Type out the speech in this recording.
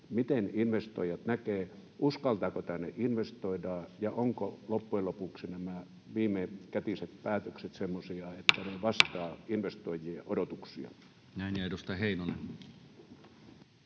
miten investoijat näkevät, uskaltaako tänne investoida ja ovatko loppujen lopuksi nämä viimekätiset päätökset semmoisia, että ne vastaavat investoijien odotuksia. Näin. — Ja edustaja Heinonen.